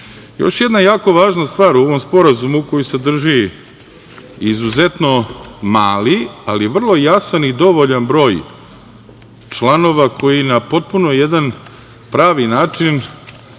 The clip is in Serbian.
jedna jako važna stvar o ovom sporazumu koji sadrži izuzetno mali, ali vrlo jasan i dovoljan broj članova koji na potpuno jedan pravi način